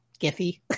Giphy